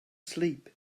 sleep